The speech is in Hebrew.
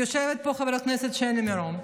יושבת פה חברת הכנסת שלי מירון.